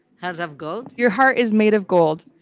heart of gold? your heart is made of gold.